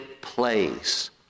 place